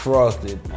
Frosted